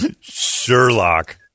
Sherlock